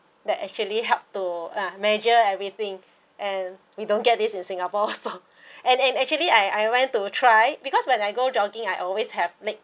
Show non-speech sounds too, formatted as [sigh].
that actually help to uh measure everything and we don't get this in singapore also [laughs] and and actually I I went to try because when I go jogging I always have leg